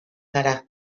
zara